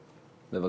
בבקשה.